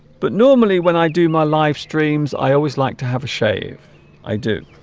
but normally when i do my live streams i always like to have a shave i do